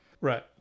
Right